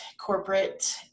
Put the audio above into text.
corporate